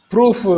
Proof